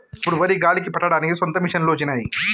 ఇప్పుడు వరి గాలికి పట్టడానికి సొంత మిషనులు వచ్చినాయి